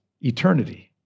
eternity